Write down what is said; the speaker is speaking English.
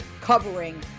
covering